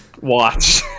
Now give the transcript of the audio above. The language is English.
Watch